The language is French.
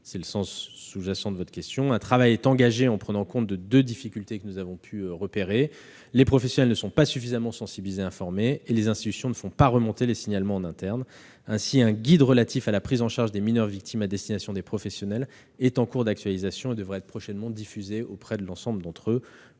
C'est le sens sous-jacent de votre question. Un travail prenant en compte deux difficultés que nous avons pu repérer est engagé : les professionnels ne sont pas suffisamment sensibilisés et informés, et les institutions ne font pas remonter les signalements en interne. Ainsi, un guide relatif à la prise en charge des mineurs victimes à destination des professionnels est en cours d'actualisation et devrait être prochainement diffusé à l'ensemble d'entre eux.